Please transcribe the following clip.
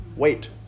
Wait